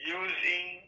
using